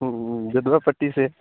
जदुआपट्टी से